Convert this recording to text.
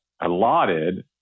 allotted